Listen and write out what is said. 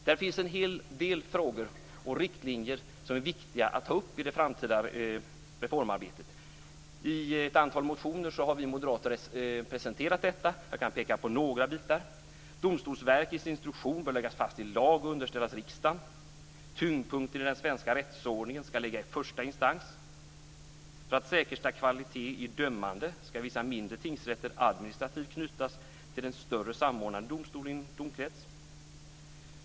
Det finns en hel del frågor och riktlinjer som är viktiga att ta upp i det framtida reformarbetet. I ett antal motioner har vi moderater presenterat detta, och jag kan peka på några bitar. Domstolsverkets instruktion bör läggas fast i lag och underställas riksdagen. Tyngdpunkten i den svenska rättsordningen ska ligga i första instans. För att säkerställa kvalitet i dömandet ska vissa mindre tingsrätter administrativt knytas till en större samordnad domstol i en domkrets.